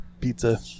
pizza